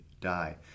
die